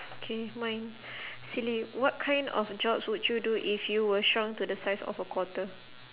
K mine silly what kind of jobs would you do if you were shrunk to the size of a quarter